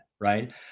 right